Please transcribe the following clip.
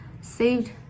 saved